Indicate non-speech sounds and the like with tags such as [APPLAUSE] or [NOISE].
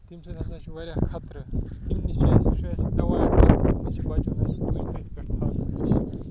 تَمہِ سۭتۍ ہَسا چھِ واریاہ خطرٕ اِمنٕے چیٖزَن [UNINTELLIGIBLE] اَسہِ پٮ۪وان [UNINTELLIGIBLE] بَچُن اَسہِ تُج تٔتھۍ پٮ۪ٹھ تھاونہٕ نِش